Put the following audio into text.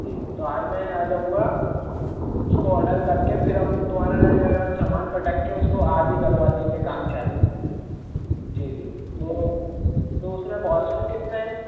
जी जी तो आज मैं आ जाऊंगा उसको ऑर्डर कर के फिर हम तुम्हारा जो हम समान पटक के उसको आज ही करवा देंगे काम चालू जी जी तो तो तो उसमें वॉसरूम कितने हैं